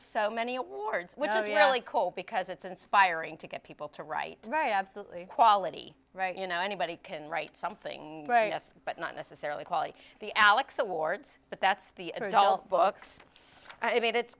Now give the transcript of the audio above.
so many awards which is really cool because it's inspiring to get people to write right absolutely quality right you know anybody can write something right yes but not necessarily quality the alex awards but that's the adult books i mean it's